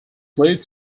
leads